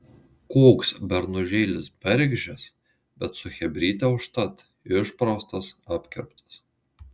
koks bernužėlis bergždžias bet su chebryte užtat išpraustas apkirptas